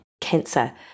cancer